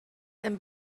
and